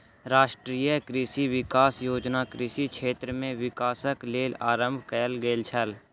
राष्ट्रीय कृषि विकास योजना कृषि क्षेत्र में विकासक लेल आरम्भ कयल गेल छल